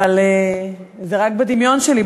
אבל רק בדמיון שלי,